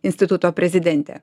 instituto prezidentė